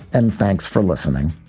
and thanks for listening